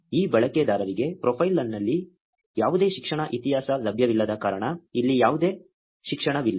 ಈ ಬಳಕೆದಾರರಿಗೆ ಪ್ರೊಫೈಲ್ನಲ್ಲಿ ಯಾವುದೇ ಶಿಕ್ಷಣ ಇತಿಹಾಸ ಲಭ್ಯವಿಲ್ಲದ ಕಾರಣ ಇಲ್ಲಿ ಯಾವುದೇ ಶಿಕ್ಷಣವಿಲ್ಲ